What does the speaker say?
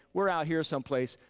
we're out here someplace,